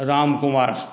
Ram Kumar